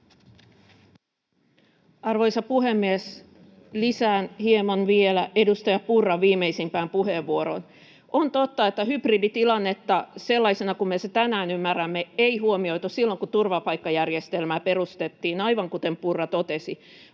Arvoisa puhemies! Lisään hieman vielä edustaja Purran viimeisimpään puheenvuoroon. On totta, että hybriditilannetta sellaisena kuin me sen tänään ymmärrämme ei huomioitu silloin, kun turvapaikkajärjestelmää perustettiin, aivan kuten Purra totesi.